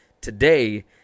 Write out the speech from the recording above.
today